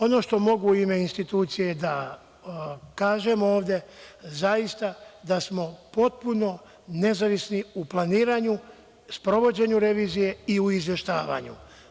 Ono što mogu u ime institucije da kažem ovde je da smo zaista potpuno nezavisni u planiranju, sprovođenju revizije i u izveštavanju.